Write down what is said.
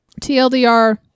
TLDR